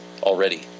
already